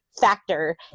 factor